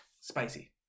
spicy